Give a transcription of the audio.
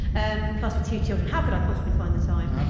and plus with two children how could i possibly find the time. um